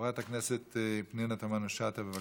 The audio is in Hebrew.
חברת הכנסת פנינה תמנו-שטה, בבקשה.